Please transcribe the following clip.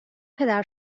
پدر